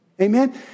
Amen